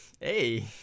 hey